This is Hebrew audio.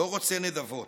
לא רוצה נדבות,